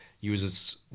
uses